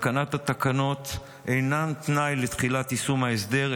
התקנת התקנות אינה תנאי לתחילת יישום ההסדר,